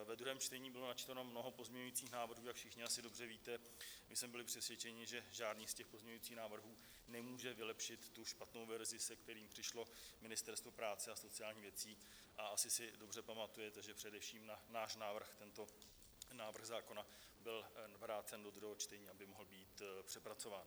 Ve druhém čtení bylo načteno mnoho pozměňovacích návrhů, jak všichni asi dobře víte, my jsme byli přesvědčeni, že žádný z těch pozměňovacích návrhů nemůže vylepšit špatnou verzi, s kterou přišlo Ministerstvo práce a sociálních věcí, a asi si dobře pamatujete, že především na náš návrh tento návrh zákona byl vrácen do druhého čtení, aby mohl být přepracován.